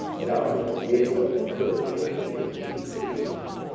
but alcimus did what he could to maintain his chief priesthood.